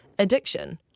addiction